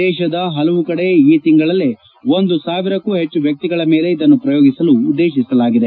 ದೇಶದ ಹಲವು ಕಡೆ ಈ ತಿಂಗಳಲ್ಲೇ ಒಂದು ಸಾವಿರಕ್ಕೂ ಹೆಚ್ಚು ವ್ಯಕ್ತಿಗಳ ಮೇಲೆ ಇದನ್ನು ಪ್ರಯೋಗಿಸಲು ಉದ್ದೇತಿಸಲಾಗಿದೆ